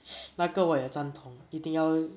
那个我也赞同一定要